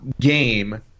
game